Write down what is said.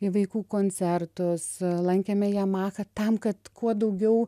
į vaikų koncertus lankėme yamaha tam kad kuo daugiau